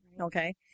Okay